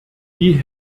die